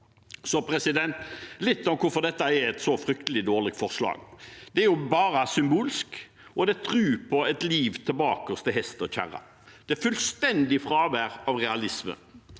Så litt om hvorfor dette er et så fryktelig dårlig forslag: Det er jo bare symbolsk, og det er tro på et liv tilbake til hest og kjerre. Det er fullstendig fravær av realisme.